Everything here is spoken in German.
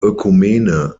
ökumene